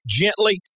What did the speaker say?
gently